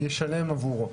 ישלם עבורו.